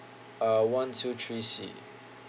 uh one two three C